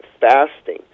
fasting